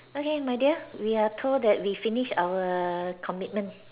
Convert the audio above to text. okay my dear we are told that we finish our commitment